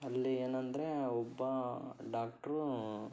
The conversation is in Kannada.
ಅಲ್ಲಿ ಏನೆಂದರೆ ಒಬ್ಬ ಡಾಕ್ಟ್ರು